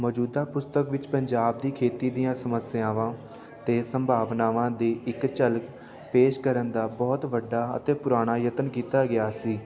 ਮੌਜੂਦਾ ਪੁਸਤਕ ਵਿੱਚ ਪੰਜਾਬ ਦੀ ਖੇਤੀ ਦੀਆਂ ਸਮੱਸਿਆਵਾਂ ਅਤੇ ਸੰਭਾਵਨਾਵਾਂ ਦੀ ਇੱਕ ਝਲਕ ਪੇਸ਼ ਕਰਨ ਦਾ ਬਹੁਤ ਵੱਡਾ ਅਤੇ ਪੁਰਾਣਾ ਯਤਨ ਕੀਤਾ ਗਿਆ ਸੀ